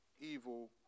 evil